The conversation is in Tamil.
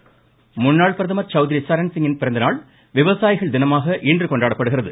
சரன்சிங் முன்னாள் பிரதமர் சவுத்ரி சரன்சிங் கின் பிறந்தநாள் விவசாயிகள் தினமாக இன்று கொண்டாடப்படுகிறது